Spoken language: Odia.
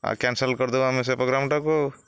ଆଉ କ୍ୟାନସେଲ କରିଦବୁ ଆମେ ସେ ପ୍ରୋଗ୍ରାମଟାକୁ ଆଉ